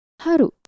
Haru